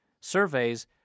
surveys